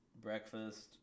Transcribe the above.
breakfast